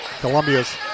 Columbia's